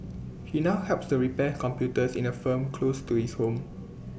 he now helps to repair computers in A firm close to his home